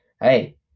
Hey